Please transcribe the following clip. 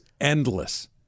endless